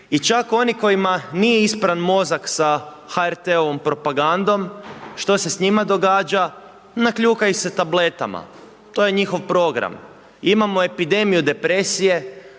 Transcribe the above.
i čak onima kojima nije ispran mozak s HRT-ovom propagandom, što se s njima događa? Nakljukaju se tabletama. To je njihov program. Imamo epidemiju depresije,